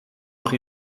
nog